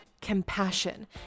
compassion